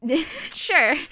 Sure